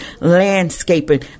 landscaping